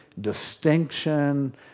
distinction